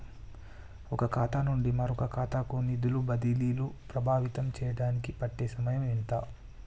ఒక ఖాతా నుండి మరొక ఖాతా కు నిధులు బదిలీలు ప్రభావితం చేయటానికి పట్టే సమయం ఎంత?